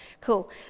cool